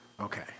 Okay